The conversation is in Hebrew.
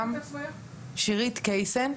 שלום, שירית קייסן.